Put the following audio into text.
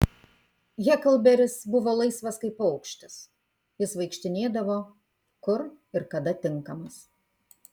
heklberis buvo laisvas kaip paukštis jis vaikštinėdavo kur ir kada tinkamas